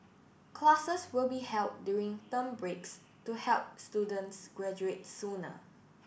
classes will be held during term breaks to help students graduate sooner